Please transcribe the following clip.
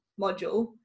module